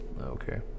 Okay